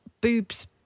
boobs